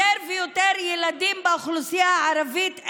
יותר ויותר ילדים באוכלוסייה הערבית,